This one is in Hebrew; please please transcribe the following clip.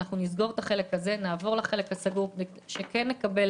נסגור את החלק הזה ונעבור לחלק הסגור על מנת שנקבל